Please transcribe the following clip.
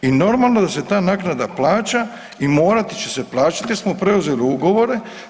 I normalno da se ta naknada plaća i morati će se plaćati jer smo preuzeli ugovore.